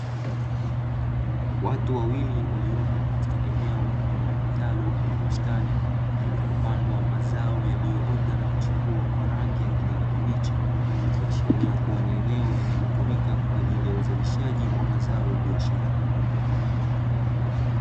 Watu wawili waliopo katika eneo mfano wa kitalu ama bustani, kulikopandwa mazao yaliyoota na kuchipua kwa rangi ya kijani kibichi, ikiashiria kua ni eneo linalotumika kwa ajili ya uzalishaji wa mazao ya biashara.